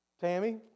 tammy